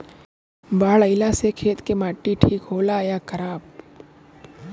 बाढ़ अईला से खेत के माटी ठीक होला या खराब?